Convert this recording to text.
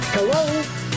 Hello